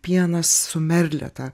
pienas su merle ta